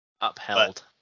Upheld